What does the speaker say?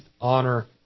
honor